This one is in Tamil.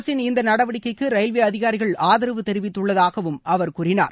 அரசின் இந்த நடவடிக்கைக்கு ரயில்வே அதிகாரிகள் ஆதரவு தெரிவித்துள்ளதாகவும் அவர் கூறினார்